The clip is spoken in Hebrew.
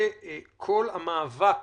הכוונה לכל המאבק